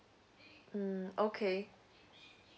mm okay